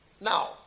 Now